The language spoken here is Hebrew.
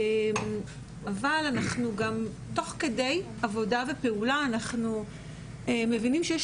אבל תוך כדי עבודה ופעולה אנחנו מבינים שיש